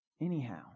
anyhow